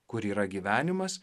kur yra gyvenimas